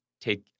take